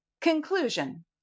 Conclusion